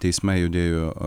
teismai judėjo